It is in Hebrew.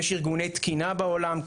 יש ארגוני תקינה בעולם,